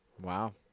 Wow